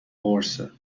قرصه